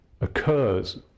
occurs